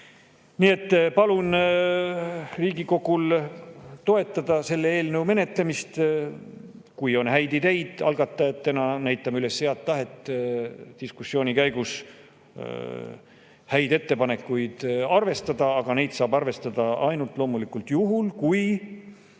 Nii et palun Riigikogul toetada selle eelnõu menetlemist. Kui on häid ideid – algatajatena näitame üles head tahet diskussiooni käigus häid ettepanekuid arvestada –, siis neid saab arvestada loomulikult ainult juhul, kui